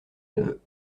neveux